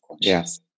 Yes